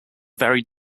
very